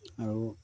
আৰু